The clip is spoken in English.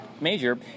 major